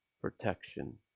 protection